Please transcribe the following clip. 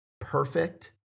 perfect